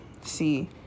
See